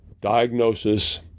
diagnosis